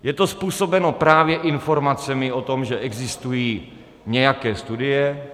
Je to způsobeno právě informacemi o tom, že existují nějaké studie.